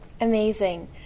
Amazing